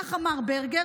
כך אמר ברגר.